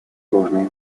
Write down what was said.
сложные